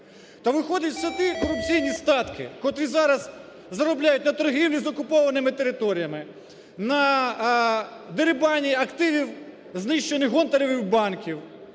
То виходить, це ті корупційні статки, котрі зараз заробляють на торгівлі з окупованими територіями, на дерибані активів знищених Гонтаревою банків,